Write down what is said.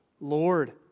Lord